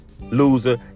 loser